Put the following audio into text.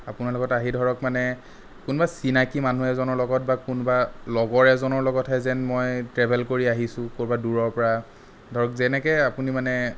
আপোনাৰ লগত আহি ধৰক মানে কোনোবা চিনাকি মানুহ এজনৰ লগত বা কোনোবা লগৰ এজনৰ লগতহে যেন মই ট্ৰেভেল কৰি আহিছোঁ ক'ৰবাৰ দূৰৰ পৰা ধৰক যেনেকে আপুনি মানে